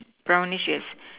brownish yes